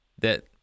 that-